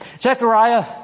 Zechariah